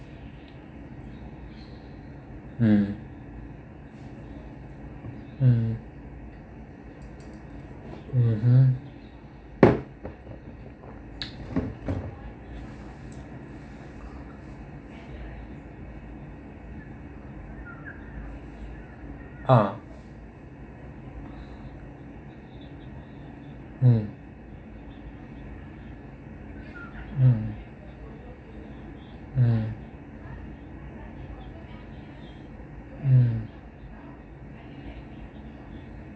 mm mm mmhmm uh mm mm mm mm